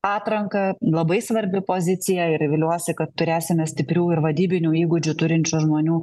atranką labai svarbi pozicija ir viliuosi kad turėsime stiprių ir vadybinių įgūdžių turinčių žmonių